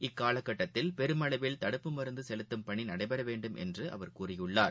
இக்காலக் கட்டத்தில் பெருமளவில் தடுப்பு மருந்துசெலுத்தும் பணிநடைபெறவேண்டும் என்றுஅவர் கூறியுள்ளார்